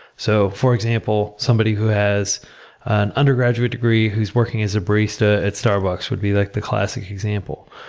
so for example, somebody who has an undergraduate degree who's working as a barista at starbucks would be like the classic example.